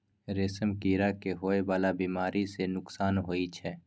रेशम कीड़ा के होए वाला बेमारी सँ नुकसान होइ छै